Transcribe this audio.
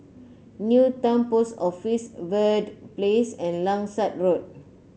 Newton Post Office Verde Place and Langsat Road